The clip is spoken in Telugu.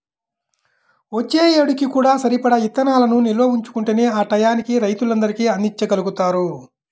వచ్చే ఏడుకి కూడా సరిపడా ఇత్తనాలను నిల్వ ఉంచుకుంటేనే ఆ టైయ్యానికి రైతులందరికీ అందిచ్చగలుగుతారు